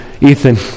Ethan